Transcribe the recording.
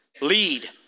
Lead